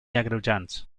agreujants